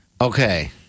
Okay